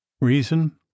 Reason